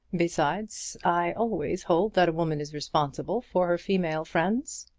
besides, i always hold that a woman is responsible for her female friends.